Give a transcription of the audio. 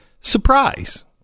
surprise